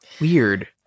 weird